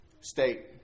state